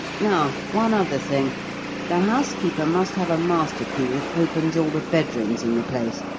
now one other thing the housekeeper must have a master-key that opens all the bedrooms in the place.